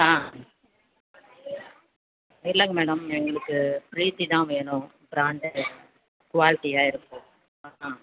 ஆ இல்லங்க மேடம் எங்களுக்கு பரீத்தி தான் வேணும் பிராண்டு குவாலிட்டியாக இருக்கும் ஆ ஆ